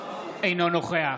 אינו נוכח